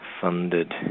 funded